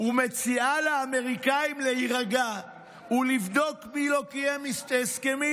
ומציעה לאמריקאים להירגע ולבדוק מי לא קיים הסכמים.